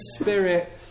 Spirit